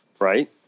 Right